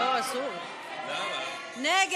סעיפים 37 38, כהצעת הוועדה, נתקבלו.